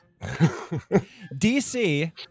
DC